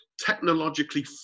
technologically